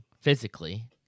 physically